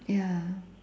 ya